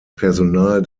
personal